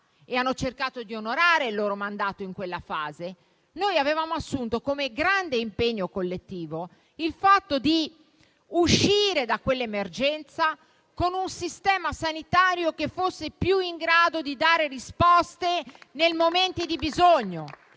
e hanno cercato di onorare il loro mandato in quella fase. Noi avevamo assunto come grande impegno collettivo il fatto di uscire da quella emergenza con un Sistema sanitario che fosse maggiormente in grado di dare risposte nei momenti di bisogno.